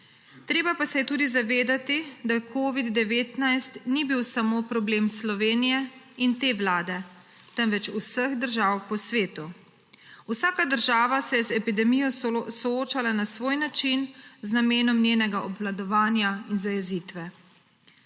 Treba pa se je tudi zavedati, da covid-19 ni bil problem samo Slovenije in te vlade, temveč vseh držav po svetu. Vsaka država se je z epidemijo soočala na svoj način, z namenom njenega obvladovanja in zajezitve.